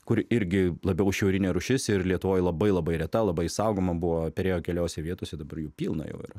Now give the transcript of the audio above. kuri irgi labiau šiaurinė rūšis ir lietuvoj labai labai reta labai saugoma buvo perėjo keliose vietose dabar jų pilna jau yra